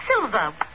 Silver